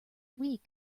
week